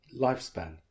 Lifespan